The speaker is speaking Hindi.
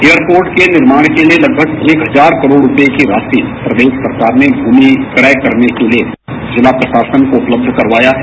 एयरपोर्ट के निर्माण के लिये तगमग एक हजार करोड़ रूपये की राशि प्रदेश सरकार ने भूमि क्रय करने के लिये जिला प्रशासन को उपलब्ध कराया है